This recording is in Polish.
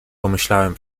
pomyślałem